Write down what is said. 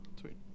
Sweet